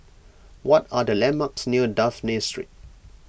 what are the landmarks near Dafne Street